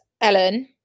Ellen